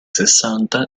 sessanta